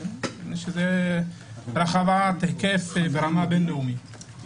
אלא שזה רחב היקף ברמה בין לאומית.